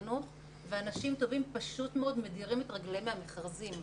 החינוך ואנשים טובים פשוט מאוד מדירים את רגליהם מהמכרזים.